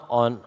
on